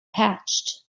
hatched